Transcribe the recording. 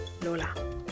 Lola